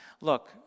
Look